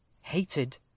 hated